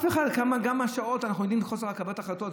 חוסר קבלת ההחלטות,